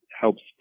helps